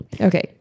Okay